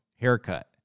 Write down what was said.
haircut